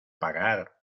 pagar